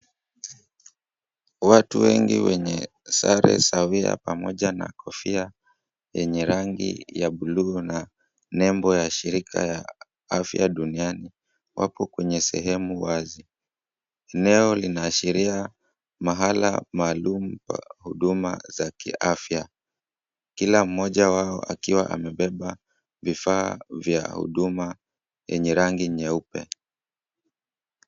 Watu wengi wenye sare sawia pamoja na kofia yenye rangi ya bluu na nembo ya shirika ya Afya Duniani, wapo kwenye sehemu wazi. Eneo linaashiria mahala maalum pa huduma za kiafya. Kila mmoja wao akiwa amebeba vifaa vya huduma yenye rangi nyeupe.